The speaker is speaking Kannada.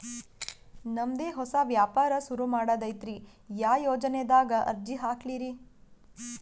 ನಮ್ ದೆ ಹೊಸಾ ವ್ಯಾಪಾರ ಸುರು ಮಾಡದೈತ್ರಿ, ಯಾ ಯೊಜನಾದಾಗ ಅರ್ಜಿ ಹಾಕ್ಲಿ ರಿ?